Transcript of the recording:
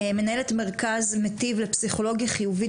מנהלת מרכז מיטיב לפסיכולוגיה חיובית,